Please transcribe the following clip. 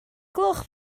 gloch